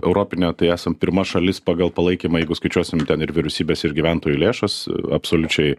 europinę tai esam pirma šalis pagal palaikymą jeigu skaičiuosim ten ir vyriausybės ir gyventojų lėšas absoliučiai